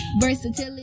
versatility